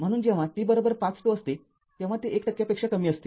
म्हणून जेव्हा t ५ असते तेव्हा ते १ टक्क्यापेक्षा कमी असते